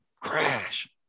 crash